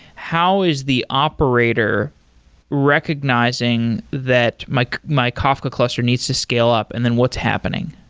how is the operator recognizing that my my kafka cluster needs to scale up and then what's happening?